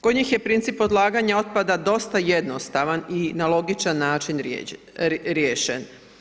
Kod njih je princip odlaganja otpada dosta jednostavan i na logičan način riješen.